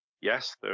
yes